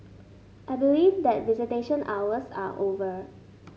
I believe that visitation hours are over